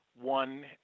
one